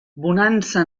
bonança